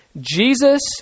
Jesus